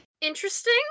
Interesting